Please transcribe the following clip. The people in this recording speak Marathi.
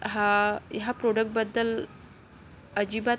हा ह्या प्रॉडक्टबद्दल अजिबात